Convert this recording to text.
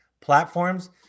platforms